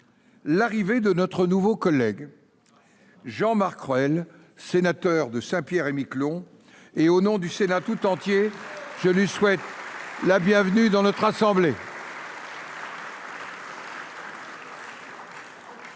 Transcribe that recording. l’arrivée de notre nouveau collègue, Jean Marc Ruel, sénateur de Saint Pierre et Miquelon. Au nom du Sénat tout entier, je lui souhaite la bienvenue dans notre assemblée. L’ordre